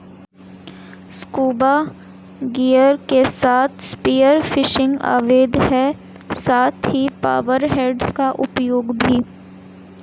scuba gear के साथ spear fishing अवैध है और साथ ही पावर हेड्स का उपयोग भी